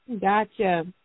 Gotcha